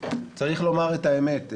צריך לומר את האמת,